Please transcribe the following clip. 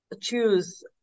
choose